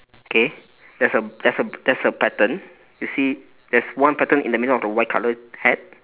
okay there's a there's a there's a pattern you see there's one pattern in the middle of the white coloured hat